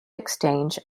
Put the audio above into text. exchange